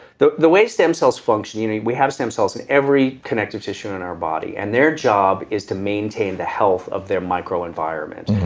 the the way stem cells function you know we have stem cells in every connective tissue in our body and their job is to maintain the health of their micro environment.